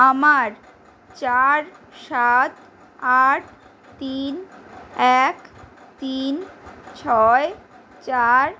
আমার চার সাত আট তিন এক তিন ছয় চার